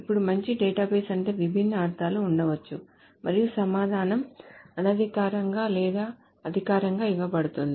ఇప్పుడు మంచి డేటాబేస్ అంటే విభిన్న అర్థాలు ఉండవచ్చు మరియు సమాధానం అనధికారికంగా లేదా అధికారికంగా ఇవ్వబడుతుంది